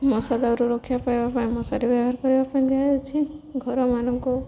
ମଶା ଦାଉରୁ ରକ୍ଷା ପାଇବା ପାଇଁ ମଶାରୀ ବ୍ୟବହାର କରିବା ପାଇଁ ଦିଆଯାଉଛି ଘରମାନଙ୍କୁ